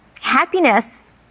Happiness